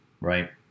right